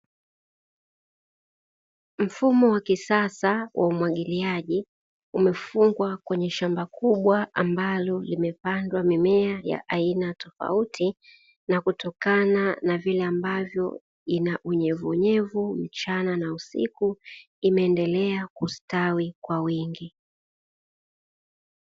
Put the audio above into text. Mfumo wa kisasa wa umwagiliaji umefungwa kwenye shamba kubwa ambalo limepandwa mimea ya aina tofauti, na kutokana na vile ambavyo ina unyevunyevu mchana na usiku imeendelea kustawi kwa wingi.